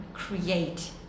create